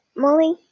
Molly